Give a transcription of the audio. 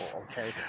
okay